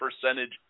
percentage